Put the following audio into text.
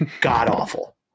God-awful